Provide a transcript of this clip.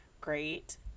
great